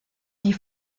die